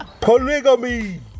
Polygamy